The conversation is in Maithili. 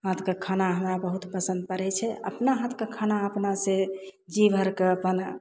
हाथके खाना हमरा बहुत पसन्द पड़य छै अपना हाथके खाना अपनासँ जी भरि कऽ अपन